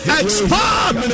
expand